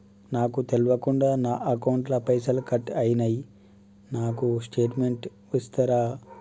నాకు తెల్వకుండా నా అకౌంట్ ల పైసల్ కట్ అయినై నాకు స్టేటుమెంట్ ఇస్తరా?